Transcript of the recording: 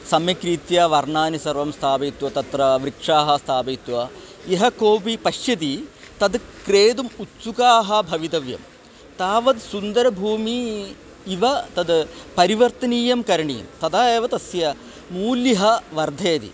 सम्यक्रीत्या वर्णान् सर्वान् स्थापयित्वा तत्र वृक्षान् स्थापयित्वा यः कोपि पश्यति तद् क्रेतुम् उत्सुकाः भवितव्यं तावद् सुन्दरभूमेः इव तद् परिवर्तनं करणीयं तदा एव तस्य मूल्यं वर्धयति